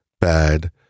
Bad